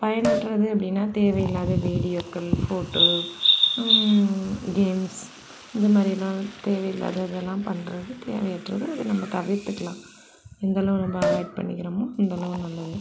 பயனற்றது அப்படின்னா தேவையில்லாத வீடியோக்கள் ஃபோட்டோ கேம்ஸ் இந்த மாதிரியெல்லாம் தேவையில்லாததல்லாம் பண்ணு து தேவையற்றது அதை நம்ம தவிர்த்துக்கலாம் எந்தளவு நம்ம அவாய்ட் பண்ணிக்கிறோமா அந்தளவு நல்லது